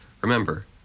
Remember